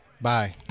Bye